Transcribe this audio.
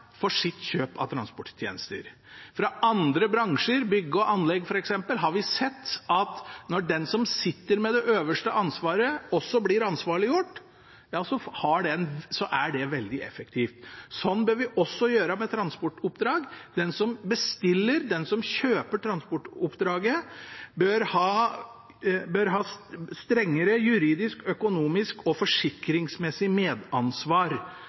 for sitt kjøp av transporttjenester. Fra andre bransjer – bygg og anlegg, f.eks. – har vi sett at når den som sitter med det øverste ansvaret, også blir ansvarliggjort, er det veldig effektivt. Det samme bør vi også gjøre med transportoppdrag. Den som kjøper transportoppdraget, bør ha et strengere juridisk, økonomisk og forsikringsmessig medansvar